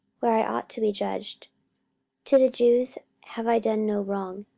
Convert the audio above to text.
where i ought to be judged to the jews have i done no wrong,